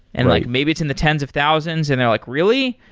and like maybe it's in the tens of thousands, and they're like, really,